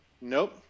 Nope